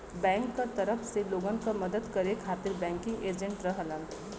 bank क तरफ से लोगन क मदद करे खातिर बैंकिंग एजेंट रहलन